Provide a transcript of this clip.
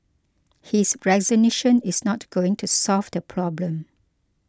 his resignation is not going to solve the problem